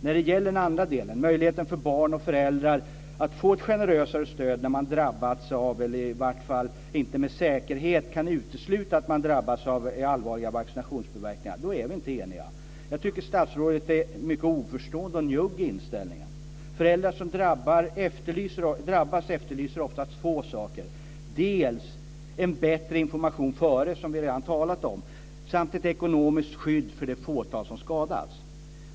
När det gäller den andra delen - möjligheten för barn och föräldrar att få ett generösare stöd när man drabbats av eller i varje fall inte med säkerhet kan utesluta att man drabbats av allvarliga vaccinationspåverkningar - är vi inte eniga. Jag tycker att statsrådet är mycket oförstående och njugg i inställningen. Föräldrar som drabbas efterlyser oftast två saker: bättre information före, som vi redan har talat om, samt ett ekonomiskt skydd för det fåtal som skadas.